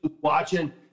watching